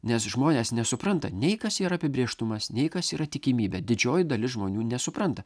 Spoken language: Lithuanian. nes žmonės nesupranta nei kas yra apibrėžtumas nei kas yra tikimybė didžioji dalis žmonių nesupranta